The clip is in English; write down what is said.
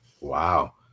Wow